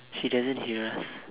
she doesn't hear us